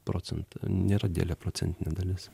procentas nėra didelė procentinė dalis